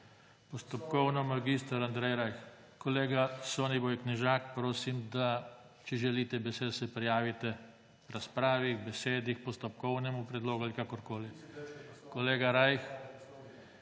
Postopkovno mag. Andrej Rajh. Kolega Soniboj Knežak, prosim, če želite besedo, se prijavite k razpravi, k besedi, k postopkovnemu predlogu ali kakorkoli. Kolega Rajh